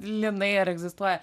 linai ar egzistuoja